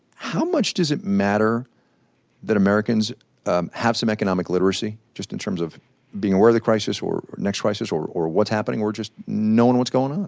how much does it matter that americans have some economic literacy just in terms of being aware of the crisis or next crisis or or what's happening or just knowing what's going on?